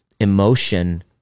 emotion